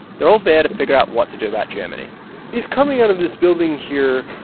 they're all there to figure out what to do about germany he's coming out of this building here.